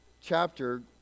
chapter